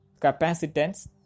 capacitance